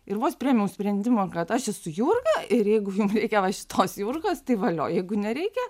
ir vos priėmiau sprendimą kad aš esu jurga ir jeigu reikia va šitos jurgos tai valio jeigu nereikia